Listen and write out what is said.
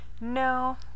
No